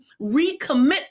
recommit